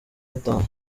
gatanu